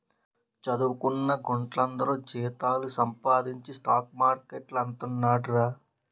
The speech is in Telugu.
చదువుకొన్న గుంట్లందరూ జీతాలు సంపాదించి స్టాక్ మార్కెట్లేడతండ్రట